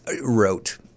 wrote